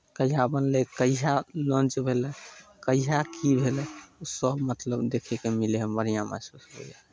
कहिया बनलै कहिया लॉन्च भेलै कहिया की भेलै सभ मतलब देखयके मिलै हइ बढ़िआँ महसूस होइ हइ